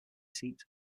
seat